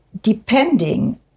Depending